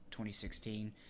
2016